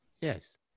Yes